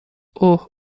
اوه